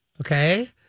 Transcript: Okay